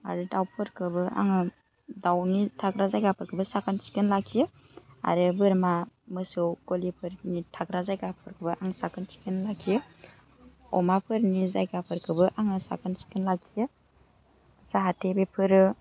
आरो दाउफोरखौबो आङो दाउनि थाग्रा जायगाफोरखौबो साखोन सिखोन लाखियो आरो बोरमा मोसौ ग'लिफोरनि थाग्रा जायगाफोरखौबो आं साखोन सिखोन लाखियो अमाफोरनि जायगाफोरखौबो आङो साखोन सिखोन लाखियो जाहाथे बेफोरो